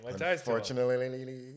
unfortunately